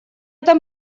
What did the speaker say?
там